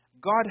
God